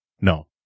No